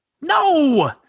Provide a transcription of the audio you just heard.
No